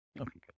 okay